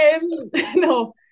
No